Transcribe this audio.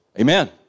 Amen